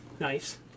Nice